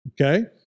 Okay